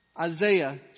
Isaiah